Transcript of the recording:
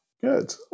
Good